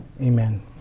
Amen